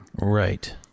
right